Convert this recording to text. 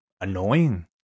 annoying